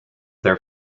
their